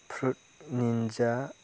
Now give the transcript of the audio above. fruit Ninja